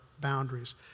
boundaries